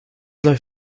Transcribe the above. läuft